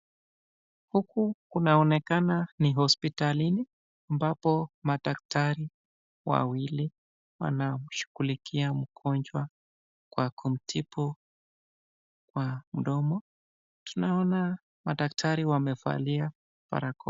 Huku kunaonekana ni hospitalini ambapo madaktari wawili, wanamshughulikia mgonjwa kwa kumtibu kwa mdomo, tunaona madaktari wamevalia barakoa.